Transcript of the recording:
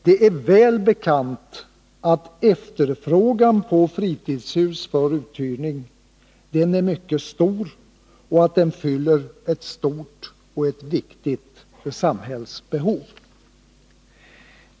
Det är väl bekant att efterfrågan på fritidshus att hyra är mycket stor och att uthyrningsverksamheten fyller ett stort och viktigt samhällsbehov.